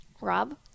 Rob